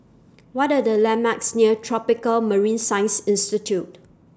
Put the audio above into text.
What Are The landmarks near Tropical Marine Science Institute